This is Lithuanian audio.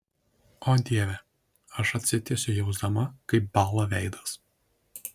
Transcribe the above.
o dieve aš atsitiesiu jausdama kaip bąla veidas